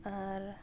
ᱟᱨ